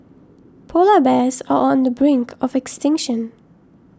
Polar Bears are on the brink of extinction